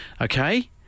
okay